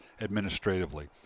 administratively